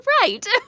right